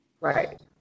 Right